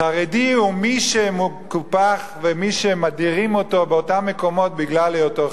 חרדי הוא מי שמקופח ומי שמדירים אותו באותם מקומות בגלל היותו חרדי.